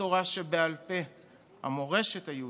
התורה שבעל פה, המורשת היהודית,